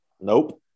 Nope